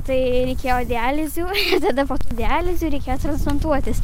tai reikėjo dializių ir tada po tų dializių reikėjo transplantuotis